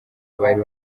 bari